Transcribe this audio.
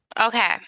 Okay